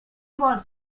vols